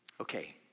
Okay